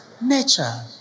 Nature